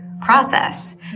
process